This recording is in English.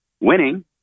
winning